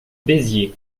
béziers